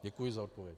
Děkuji za odpověď.